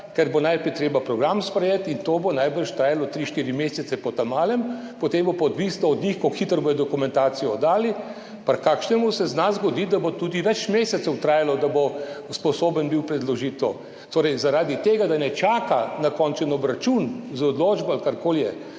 ker bo najprej treba program sprejeti in to bo najbrž trajalo tri, štiri mesece po ta malem, potem bo pa odvisno od njih kako hitro bodo dokumentacijo oddali. Pri kakšnem se zna zgoditi, da bo tudi več mesecev trajalo, da bo sposoben bil predložiti to. Torej zaradi tega, da ne čaka na končen obračun z odločbo ali karkoli je.